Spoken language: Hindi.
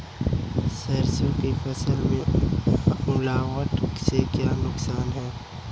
सरसों की फसल में ओलावृष्टि से क्या नुकसान है?